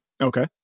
Okay